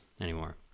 anymore